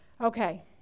Okay